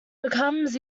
becomes